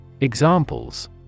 Examples